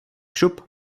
šup